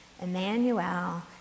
Emmanuel